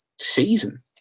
season